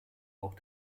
auch